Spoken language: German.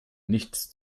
nichts